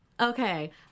Okay